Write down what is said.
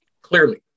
Clearly